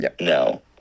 No